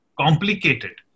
complicated